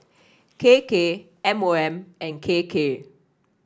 K K M O M and K K